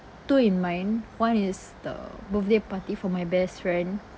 two in mine one is the birthday party for my best friend